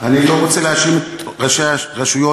אני לא רוצה להאשים את ראשי הרשויות,